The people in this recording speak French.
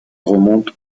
remonte